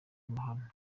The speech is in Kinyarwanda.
amahano